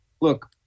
look